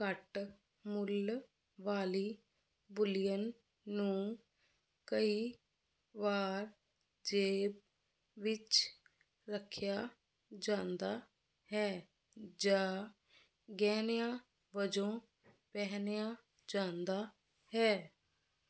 ਘੱਟ ਮੁੱਲ ਵਾਲੀ ਬੁਲੀਅਨ ਨੂੰ ਕਈ ਵਾਰ ਜੇਬ ਵਿੱਚ ਰੱਖਿਆ ਜਾਂਦਾ ਹੈ ਜਾਂ ਗਹਿਣਿਆਂ ਵਜੋਂ ਪਹਿਨਿਆ ਜਾਂਦਾ ਹੈ